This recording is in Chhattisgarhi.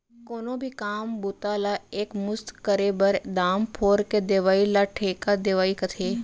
कोनो भी काम बूता ला एक मुस्त करे बर, दाम फोर के देवइ ल ठेका देवई कथें